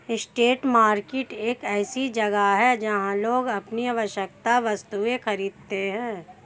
street market एक ऐसी जगह है जहां लोग अपनी आवश्यक वस्तुएं खरीदते हैं